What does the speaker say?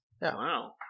Wow